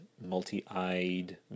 multi-eyed